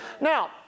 Now